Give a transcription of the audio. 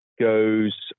goes